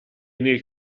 nel